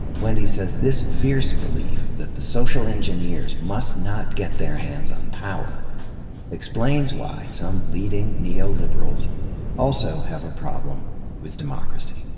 wendy says this fierce belief that the social engineers must not get their hands on power explains why some leading neoliberals also have a problem with democracy.